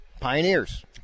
pioneers